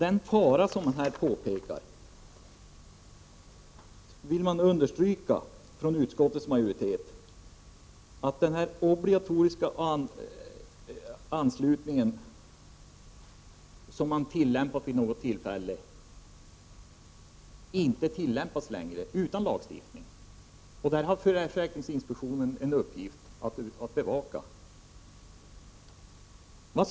Utskottets majoritet understryker att den obligatoriska anslutning som vid något tillfälle tillämpats inte längre tillämpas. Försäkringsinspektionen har till uppgift att bevaka det.